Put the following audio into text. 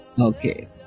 Okay